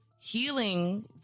healing